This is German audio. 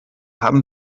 haben